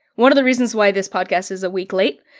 one of the reasons why this podcast is a week late,